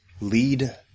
lead